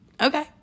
okay